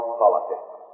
politics